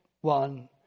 one